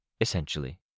Essentially